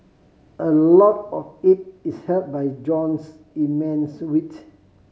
a lot of it is help by Jean's immense wit